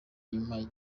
inyuma